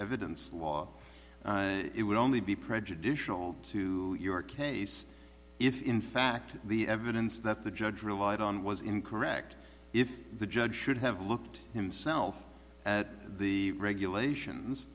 evidence law it would only be prejudicial to your case if in fact the evidence that the judge relied on was incorrect if the judge should have looked himself at the regulations